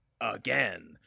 again